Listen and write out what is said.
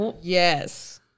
Yes